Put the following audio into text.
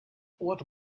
what